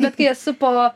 bet kai esu po